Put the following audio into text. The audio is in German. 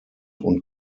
und